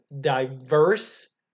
diverse